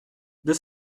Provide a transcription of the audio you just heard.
deux